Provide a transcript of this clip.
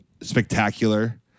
spectacular